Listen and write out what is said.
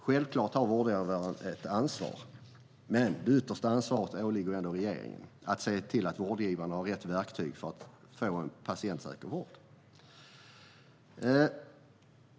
Självklart har de ett ansvar, men det yttersta ansvaret ligger ändå hos regeringen, som ska se till att vårdgivarna har rätt verktyg för att få en patientsäker vård.